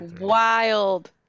Wild